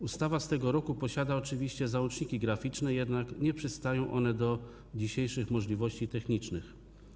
Ustawa z tego roku posiada oczywiście załączniki graficzne, jednak nie przystają one do dzisiejszych możliwości technicznych.